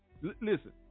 listen